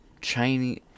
Chinese